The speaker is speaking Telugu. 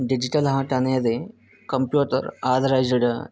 డిజిటల్ ఆర్ట్ అనేది కంప్యూటర్ ఆథరైజ్డ్